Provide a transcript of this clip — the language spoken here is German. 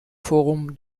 forum